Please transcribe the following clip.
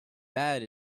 bad